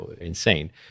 insane